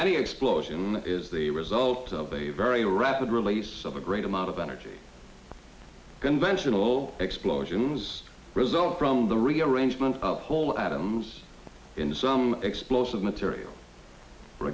the explosion is the result of a very rapid release of a great amount of energy conventional explosions result from the rearrangement of whole atoms in some explosive material for